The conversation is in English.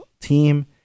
team